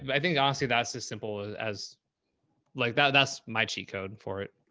but i think honestly that's as simple as like that, that's my cheat code for it.